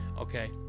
okay